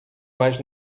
mais